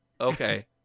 Okay